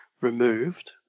removed